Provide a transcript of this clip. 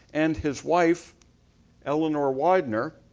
and his wife eleanor widener,